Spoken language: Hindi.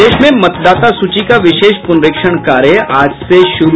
प्रदेश में मतदाता सूची का विशेष पुनरीक्षण कार्य आज से हो रहा है शुरू